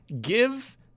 give